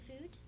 food